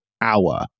hour